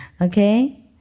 Okay